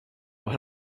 och